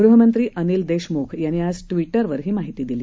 गृहमंत्री अनिल देशमुख यांनी आज ट्वीटरवर ही माहिती दिली